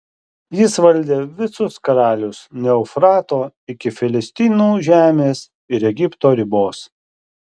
jis valdė visus karalius nuo eufrato iki filistinų žemės ir egipto ribos